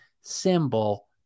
symbol